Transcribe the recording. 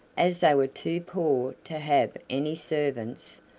as they were too poor to have any servants,